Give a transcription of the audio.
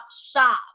shop